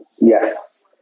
Yes